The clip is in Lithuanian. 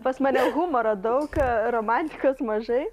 pas mane humoro daug romantikos mažai